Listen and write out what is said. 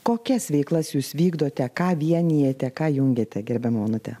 kokias veiklas jūs vykdote ką vienijate ką jungiate gerbiama onute